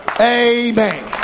Amen